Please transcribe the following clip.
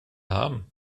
haben